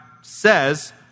says